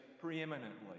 preeminently